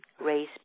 raise